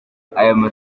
icyakorwa